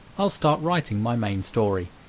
i'll start writing my main story.